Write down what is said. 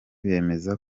bemeza